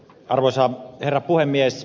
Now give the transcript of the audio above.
arvoisa herra puhemies